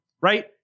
right